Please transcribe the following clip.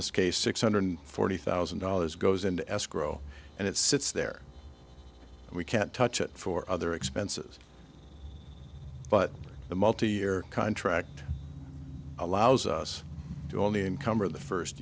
this case six hundred forty thousand dollars goes into escrow and it sits there and we can't touch it for other expenses but the multi year contract allows us all the income for the first